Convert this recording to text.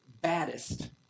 baddest